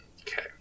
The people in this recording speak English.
Okay